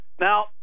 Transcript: Now